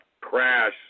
Crash